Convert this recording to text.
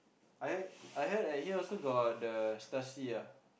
I head I heard a year also got the stars C ah